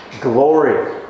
glory